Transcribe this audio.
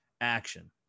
Action